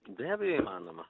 be abejo įmanoma